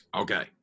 Okay